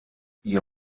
ihr